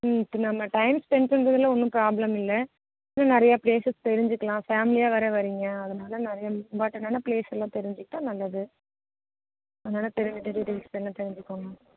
நம்ம time spent பண்ணுறதுல ஒன்றும் ப்ராப்ளம் இல்லை இன்னும் நெறைய ப்ளேசஸ் தெரிஞ்சுக்கலாம் ஃபேமிலியாக வேறு வரீங்க அதனால் நிறைய இம்பார்டென்ட்டான ப்ளேஸ்லாம் தெரிஞ்சுகிட்டா நல்லது அதனாலே தெரிஞ்சுக்கோங்க